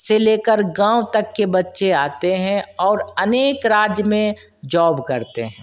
से लेकर गाँव तक के बच्चे आते हैं और अनेक राज्य में जॉब करते हैं